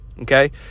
Okay